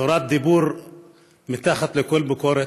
צורת דיבור מתחת לכל ביקורת,